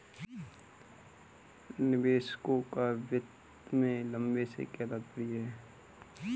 निवेशकों का वित्त में लंबे से क्या तात्पर्य है?